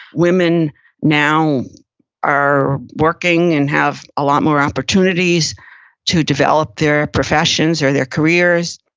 women now are working and have a lot more opportunities to develop their professions or their careers.